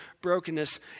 brokenness